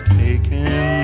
taken